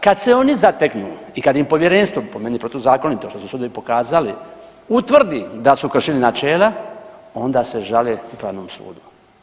Kad se oni zateknu i kad im povjerenstvo, po meni protuzakonito što su sudovi pokazali, utvrdi da su kršili načela onda se žale Upravnom sudu.